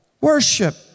worship